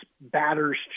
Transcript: batter's